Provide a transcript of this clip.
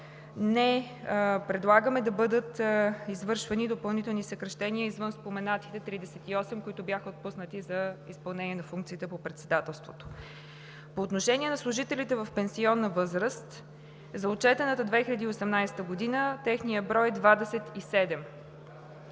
Не предлагаме да бъдат извършвани допълнителни съкращения извън споменатите 38, който бяха отпуснати за изпълнение на функциите по Председателството. По отношение на служителите в пенсионна възраст за отчетената 2018 г. – техният брой е 27.